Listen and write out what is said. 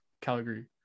Calgary